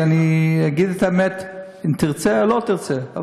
כי אגיד את האמת אם תרצה או לא תרצה.